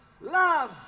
love